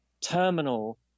terminal